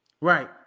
right